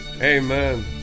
Amen